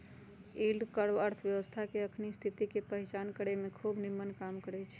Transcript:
yield curve अर्थव्यवस्था के अखनी स्थिति के पहीचान करेमें खूब निम्मन काम करै छै